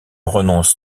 renonce